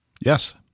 Yes